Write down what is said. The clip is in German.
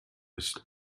ist